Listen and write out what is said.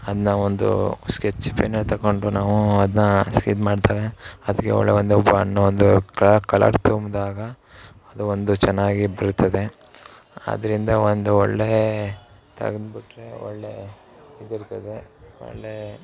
ಅದನ್ನು ಒಂದು sketch pen ತಗೊಂಡು ನಾವು ಅದನ್ನು ಸ್ ಇದು ಮಾಡಿದಾಗ ಅದಕ್ಕೆ ಒಳ್ಳೆ ಒಂದು ಬಣ್ಣ ಒಂದು ಕಲರ್ ತುಂಬಿದಾಗ ಅದು ಒಂದು ಚೆನ್ನಾಗಿ ಬರುತ್ತದೆ ಆದ್ದರಿಂದ ಒಂದು ಒಳ್ಳೆ ತೆಗೆದ್ಬಿಟ್ರೆ ಒಳ್ಳೆಯ ಇದಿರ್ತದೆ ಒಳ್ಳೆಯ